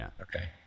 okay